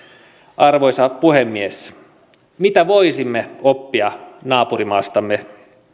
arvoisa puhemies mitä voisimme oppia naapurimaastamme